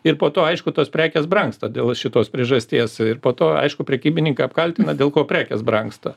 ir po to aišku tos prekės brangsta dėl šitos priežasties ir po to aišku prekybininką apkaltina dėl ko prekės brangsta